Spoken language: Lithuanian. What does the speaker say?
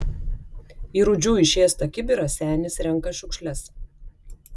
į rūdžių išėstą kibirą senis renka šiukšles